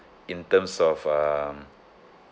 in terms of um